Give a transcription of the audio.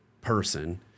person